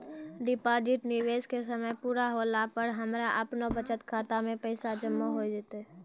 Deposit निवेश के समय पूरा होला पर हमरा आपनौ बचत खाता मे पैसा जमा होय जैतै?